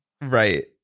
Right